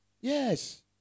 Yes